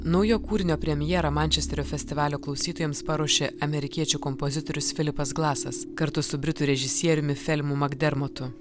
naujo kūrinio premjerą mančesterio festivalio klausytojams paruošė amerikiečių kompozitorius filipas glasas kartu su britų režisieriumi felimu magdermatu